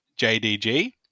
JDG